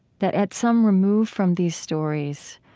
that at some remove from these stories,